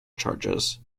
charges